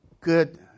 good